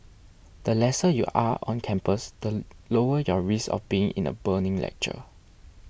the lesser you are on campus the lower your risk of being in a burning lecture